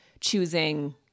choosing